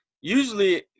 usually